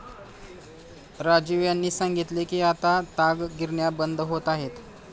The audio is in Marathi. राजीव यांनी सांगितले की आता ताग गिरण्या बंद होत आहेत